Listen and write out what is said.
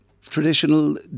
traditional